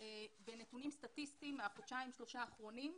בנתונים סטטיסטיים מהחודשיים-שלושה האחרונים,